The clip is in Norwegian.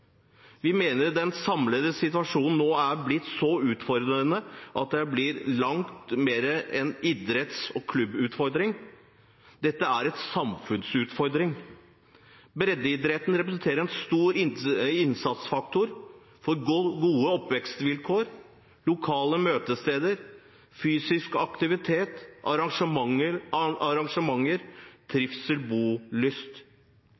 Vi mener den samlede situasjonen nå er blitt så utfordrende at det blir langt mer enn en idretts- og klubbutfordring; dette er en samfunnsutfordring. Breddeidretten representerer en stor innsatsfaktor for gode oppvekstsvilkår, lokale møtesteder, fysisk aktivitet, arrangementer, trivsel